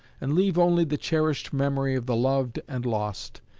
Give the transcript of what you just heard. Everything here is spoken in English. and leave only the cherished memory of the loved and lost,